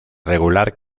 regular